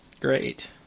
Great